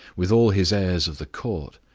with all his airs of the court,